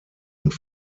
und